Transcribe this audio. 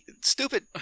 stupid